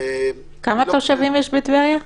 כמה תושבים יש בטבריה?